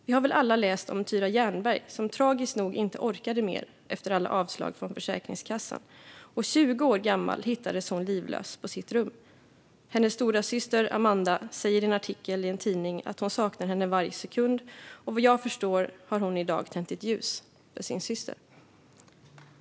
Vi har väl alla läst om Tyra Jernberg som tragiskt nog inte orkade mer efter alla avslag från Försäkringskassan. 20 år gammal hittades hon livlös på sitt rum. Hennes storasyster Amanda säger i en artikel i en tidning att hon saknar henne varje sekund. Vad jag förstår har hon i dag tänt ett ljus för sin syster.